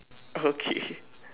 okay